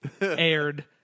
aired